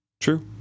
True